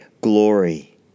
glory